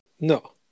no